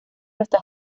hasta